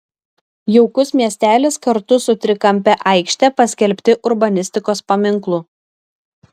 jaukus miestelis kartu su trikampe aikšte paskelbti urbanistikos paminklu